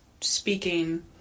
speaking